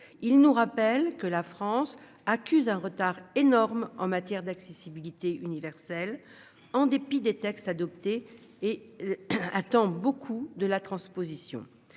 Il nous rappelle que la France accuse un retard énorme en matière d'accessibilité universelle. En dépit des textes adoptés et. Attend beaucoup de la transposition